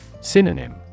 Synonym